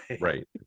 Right